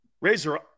Razor